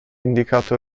indicato